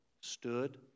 stood